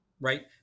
Right